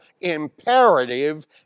imperative